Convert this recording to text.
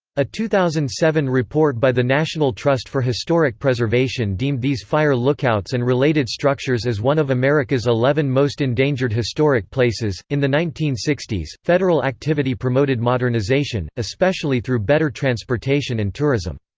a two thousand and seven report by the national trust for historic preservation deemed these fire lookouts and related structures as one of america's eleven most endangered historic places in the nineteen sixty s, federal activity promoted modernization, especially through better transportation and tourism.